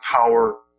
power